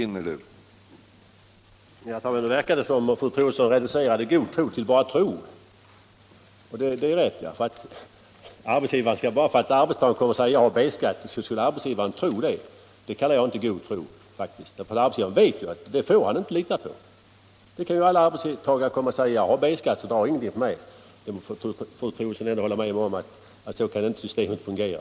Herr talman! Nu verkar det som om fru Troedsson reducerade god tro till bara tro, och det är ett framsteg. Om arbetstagaren säger att han har B-skatt, så skulle arbetsgivaren tro på det. Men det kallar jag inte för god tro, ty arbetsgivaren vet ju att en sådan uppgift får han inte lita på. Alla arbetstagare kan komma och säga: Jag har B-skatt, så dra ingen skatt på mig. Det får väl fru Troedsson ändå hålla med om, att så kan inte systemet få fungera.